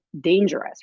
dangerous